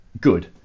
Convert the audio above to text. good